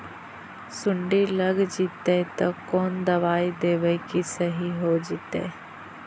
सुंडी लग जितै त कोन दबाइ देबै कि सही हो जितै?